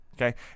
okay